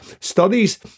studies